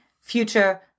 future